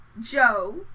Joe